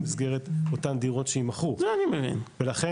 במסגרת אותן דירות שימכרו ולכן,